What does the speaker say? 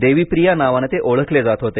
देवीप्रिया नावाने ते ओळखले जात होते